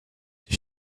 die